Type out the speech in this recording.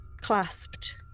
clasped